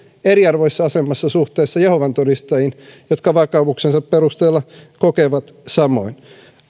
eriarvoisessa asemassa suhteessa jehovan todistajiin jotka vakaumuksensa perusteella kokevat samoin